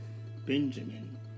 Benjamin